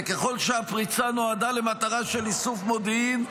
וככל שהפריצה נועדה למטרה של איסוף מודיעין,